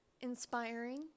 inspiring